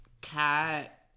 cat